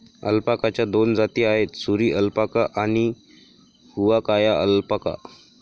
अल्पाकाच्या दोन जाती आहेत, सुरी अल्पाका आणि हुआकाया अल्पाका